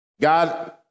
God